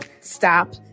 stop